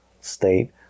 state